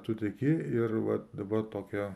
tu tiki ir va dabar tokią